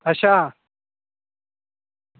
अच्छा